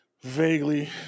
Vaguely